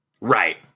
Right